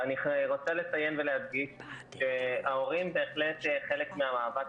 אני רוצה לציין ולהדגיש שההורים בהחלט חלק מהמאבק